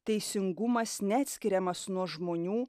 teisingumas neatskiriamas nuo žmonių